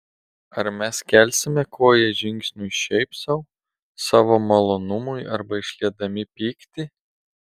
ar mes kelsime koją žingsniui šiaip sau savo malonumui arba išliedami pyktį